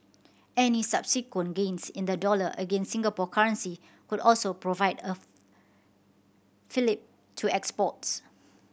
any subsequent gains in the dollar against the Singapore currency could also provide a fillip to exports